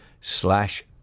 slash